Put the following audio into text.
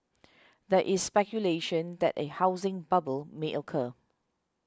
there is speculation that a housing bubble may occur